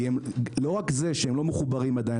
כי לא רק זה שהם לא מחוברים עדיין,